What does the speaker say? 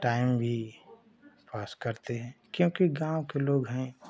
time भी pass करते हैं क्योंकि गाँव के लोग हैं